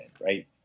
right